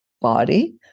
body